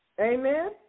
Amen